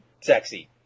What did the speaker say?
sexy